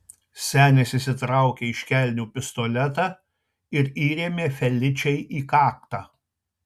senis išsitraukė iš kelnių pistoletą ir įrėmė feličei į kaktą